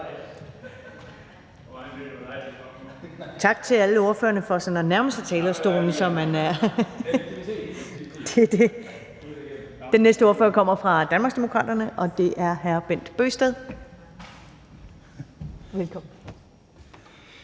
Tak til alle ordførerne for sådan at nærme sig talerstolen. Den næste ordfører kommer fra Danmarksdemokraterne, og det er hr. Bent Bøgsted. Velkommen.